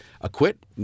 acquit